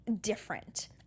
different